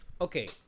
Okay